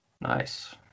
Nice